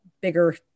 bigger